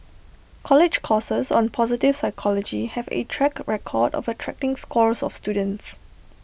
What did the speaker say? college courses on positive psychology have A track record of attracting scores of students